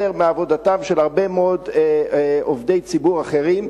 מעבודתם של הרבה מאוד עובדי ציבור אחרים,